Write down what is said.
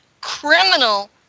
criminal